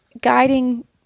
guiding